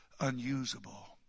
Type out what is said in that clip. unusable